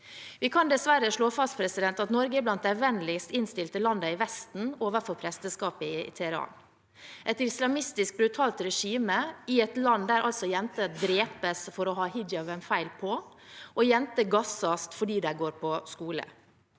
Vi kan dessverre slå fast at Norge er blant de vennligst innstilte landene i Vesten overfor presteskapet i Teheran, et islamistisk og brutalt regime i et land der jenter drepes for å ha hijaben feil på, og jenter gasses fordi de går på skole.